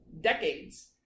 decades